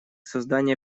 создание